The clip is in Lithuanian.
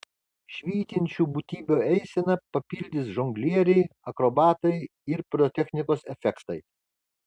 švytinčių būtybių eiseną papildys žonglieriai akrobatai ir pirotechnikos efektai